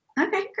Okay